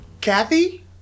Kathy